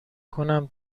کنم